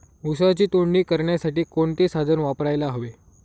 ऊसाची तोडणी करण्यासाठी कोणते साधन वापरायला हवे?